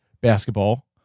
basketball